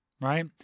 Right